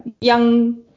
young